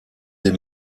des